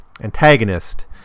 antagonist